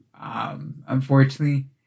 Unfortunately